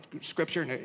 scripture